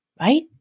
right